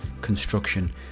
Construction